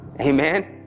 Amen